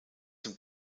zum